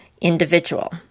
individual